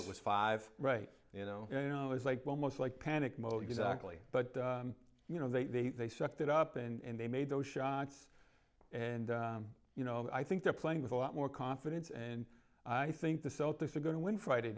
it was five right you know you know it's like almost like panic mode exactly but you know they they sucked it up and they made those shots and you know i think they're playing with a lot more confidence and i think the celtics are going to win friday